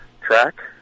track